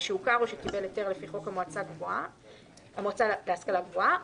שהוכר או שקיבל היתר לפי חוק המועצה להשכלה גבוהה,